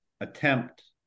attempt